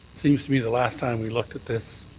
seems to me the last time we looked at this,